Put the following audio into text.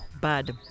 bad